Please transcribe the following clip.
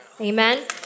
amen